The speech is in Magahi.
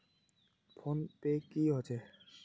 फ़ोन पै की होचे?